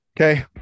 okay